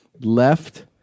left